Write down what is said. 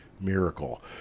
miracle